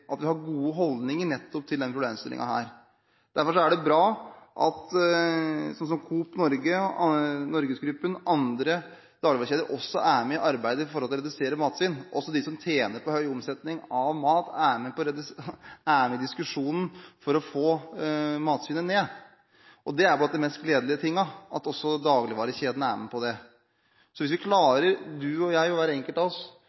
at vi har gode holdninger nettopp til denne problemstillingen. Derfor er det bra at sånne som Coop Norge, NorgesGruppen og andre dagligvarekjeder også er med i arbeidet med å redusere matsvinn – at også de som tjener på høy omsetning av mat, er med i diskusjonen for å få matsvinnet ned. Det er blant de mest gledelige tingene, at også dagligvarekjedene er med på det. Så hvis vi klarer – du og jeg, hver enkelt av oss